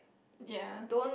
ya